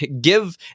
give